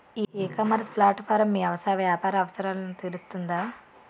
ఈ ecommerce platform మీ వ్యవసాయ వ్యాపార అవసరాలను తీరుస్తుందా?